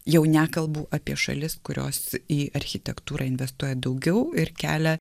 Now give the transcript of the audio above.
jau nekalbu apie šalis kurios į architektūrą investuoja daugiau ir kelia